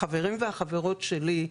החברים והחברות שלי,